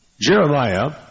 Jeremiah